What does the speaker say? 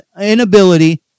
inability